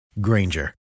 Granger